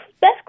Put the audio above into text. best